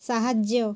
ସାହାଯ୍ୟ